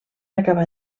acabar